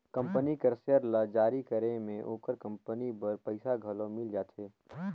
company कर share ल जारी करे में ओकर कंपनी बर पइसा घलो मिल जाथे